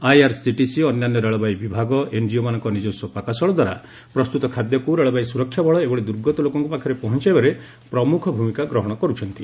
IRCTC ଅନ୍ୟାନ୍ୟ ରେଳବାଇ ବିଭାଗ ଏନ୍ଜିଓମାନଙ୍କ ନିକସ୍ପ ପାକଶାଳା ଦ୍ୱାରା ପ୍ରସ୍ତୁତ ଖାଦ୍ୟକୁ ରେଳବାଇ ସୁରକ୍ଷା ବଳ ଏଭଳି ଦୁର୍ଗତ ଲୋକଙ୍କ ପାଖରେ ପହଞ୍ଚାଇବାରେ ପ୍ରମୁଖ ଭ୍ରମିକା ଗ୍ରହଣ କରିଛନ୍ତି